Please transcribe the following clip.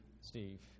Steve